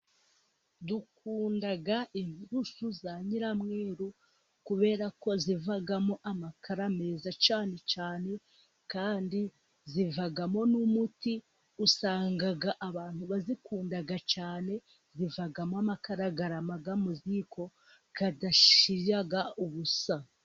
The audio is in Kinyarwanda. Dukunda inturusu za nyiramweru, kubera ko zivamo amakara meza cyane cyane, kandi zivamo n'umuti, usanga abantu bazikunda cyane zivamo amakara arama mu ziko adashira ubusa.